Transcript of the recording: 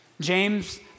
James